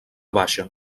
baixa